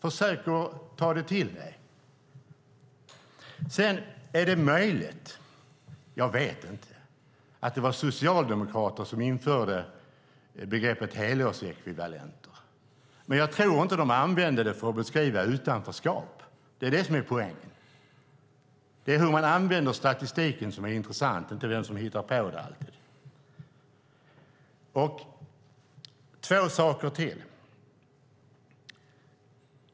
Försök att ta det till dig! Det är möjligt att det var socialdemokrater som införde begreppet helårsekvivalenter - jag vet inte. Men jag tror inte att de använde det för att beskriva utanförskap. Det är det som är poängen. Det är hur man använder statistiken som är intressant - inte alltid vem som hittar på den. Det handlar om två saker till.